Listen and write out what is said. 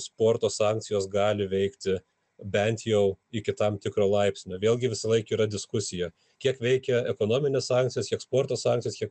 sporto sankcijos gali veikti bent jau iki tam tikro laipsnio vėlgi visąlaik yra diskusija kiek veikia ekonominės sankcijos kiek sport sankcijos kiek